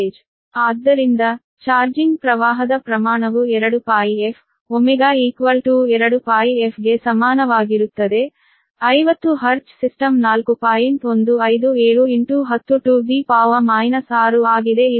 ಆದ್ದರಿಂದ magnitude of charging current 2πfω2πf ಗೆ ಸಮಾನವಾಗಿರುತ್ತದೆ 50 ಹರ್ಟ್ಜ್ ಸಿಸ್ಟಮ್ 4